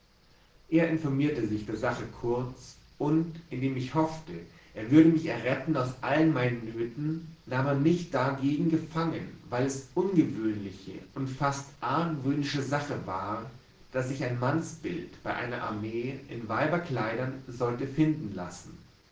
er informierte sich der sache kurz und indem ich hoffte er würde mich erretten aus allen meinen nöten nahm er mich dargegen gefangen weil es ungewöhnliche und fast argwöhnische sache war daß sich ein mannsbild bei einer armee in weiberkleidern sollte finden lassen